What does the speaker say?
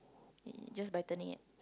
just by turning it